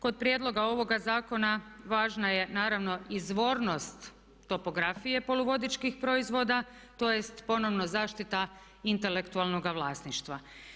Kod prijedloga ovoga zakona važna je naravno izvornost topografije poluvodičkih proizvoda tj. ponovno zaštita intelektualnoga vlasništva.